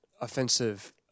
offensive